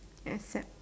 except